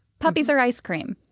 degpuppies or ice cream!